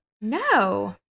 No